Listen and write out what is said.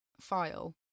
file